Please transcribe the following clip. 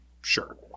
Sure